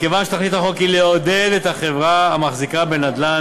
מכיוון שתכלית החוק היא לעודד חברה המחזיקה בנדל"ן